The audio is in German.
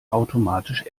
automatisch